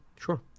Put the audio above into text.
Sure